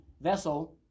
vessel